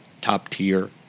top-tier